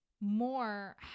more